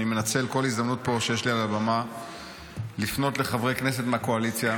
אני מנצל כל הזדמנות שיש לי פה על הבמה לפנות לחברי הכנסת מהקואליציה.